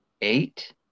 Eight